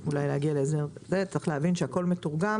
צריך להבין שהכול מתורגם